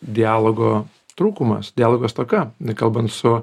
dialogo trūkumas dialogo stoka kalbant su